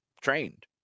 trained